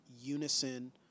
unison